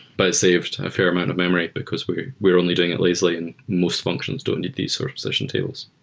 but it saved a fair amount of memory because we're we're only doing it lazily and most functions don't need these sort of position tables